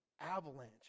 avalanche